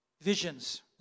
Visions